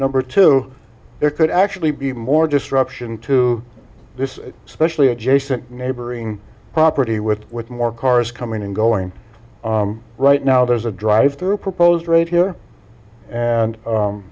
number two there could actually be more disruption to this especially adjacent neighboring property with with more cars coming and going right now there's a drive through proposed rate here and